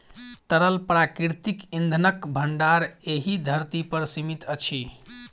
तरल प्राकृतिक इंधनक भंडार एहि धरती पर सीमित अछि